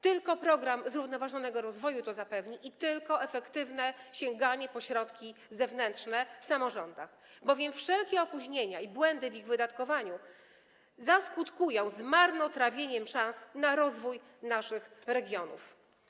Tylko program zrównoważonego rozwoju to zapewni i tylko efektywne sięganie po środki zewnętrzne w samorządach, bowiem wszelkie opóźnienia i błędy w ich wydatkowaniu zaskutkują zmarnotrawieniem szans na rozwój naszych regionów.